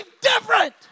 different